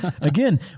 Again